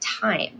time